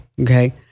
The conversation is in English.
okay